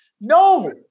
No